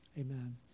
amen